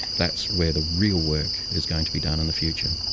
that's where the real work is going to be done in the future.